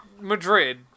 Madrid